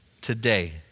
today